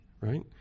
right